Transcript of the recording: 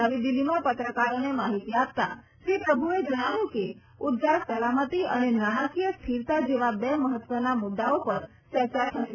નવી દિલ્હીમાં પત્રકારોને માહિતી આપતાં શ્રી પ્રભુએ જણાવ્યું કે ઉર્જા સલામતિ અને નાણાકીય સ્થિરતા જેવા બે મહત્વના મુદ્દાઓ પર ચર્ચા થશે